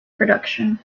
production